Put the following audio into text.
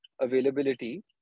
availability